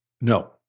No